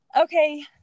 okay